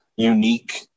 unique